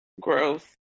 gross